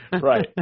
Right